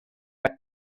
bei